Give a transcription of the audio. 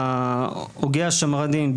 הוגה השמרנים,